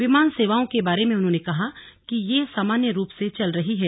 विमान सेवाओं के बारे में उन्होंने कहा कि ये सामान्य रूप से चल रही हैं